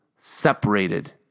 separated